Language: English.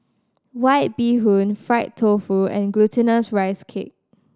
White Bee Hoon fried tofu and Glutinous Rice Cake